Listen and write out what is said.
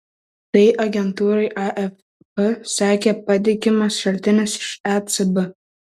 tai agentūrai afp sakė patikimas šaltinis iš ecb